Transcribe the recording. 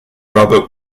robert